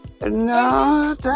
No